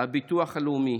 הביטוח הלאומי.